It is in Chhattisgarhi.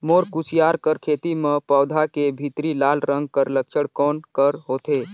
मोर कुसियार कर खेती म पौधा के भीतरी लाल रंग कर लक्षण कौन कर होथे?